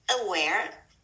aware